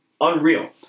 Unreal